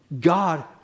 God